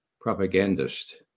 propagandist